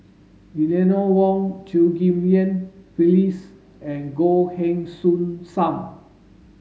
Eleanor Wong Chew Ghim Lian Phyllis and Goh Heng Soon Sam